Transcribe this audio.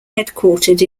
headquartered